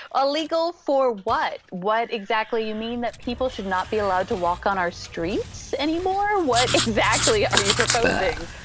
illegal for what? what exactly you mean, that people should not be allowed to walk on our streets anymore? what exactly are you proposing?